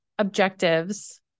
objectives